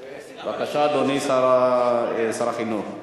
בבקשה, אדוני, שר החינוך.